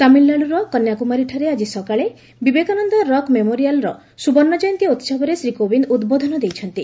ତାମିଲନାଡୁର କନ୍ୟାକୁମାରୀଠାରେ ଆଜି ସକାଳେ ବିବେକାନନ୍ଦ ରକ୍ ମେମୋରିଆଲର ସୁବର୍ଣ୍ଣଜୟନ୍ତୀ ଉତ୍ସବରେ ଶ୍ରୀ କୋବିନ୍ଦ ଉଦ୍ବୋଧନ ଦେଇଛନ୍ତି